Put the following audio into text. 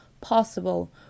possible